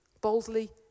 Boldly